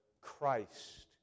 Christ